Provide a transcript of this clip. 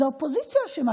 זה האופוזיציה אשמה,